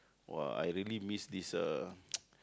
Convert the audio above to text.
!wah! I really miss this uh